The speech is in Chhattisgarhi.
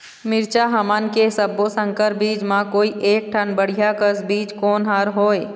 मिरचा हमन के सब्बो संकर बीज म कोई एक ठन बढ़िया कस बीज कोन हर होए?